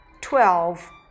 twelve